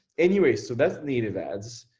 anyways, so that's native ads.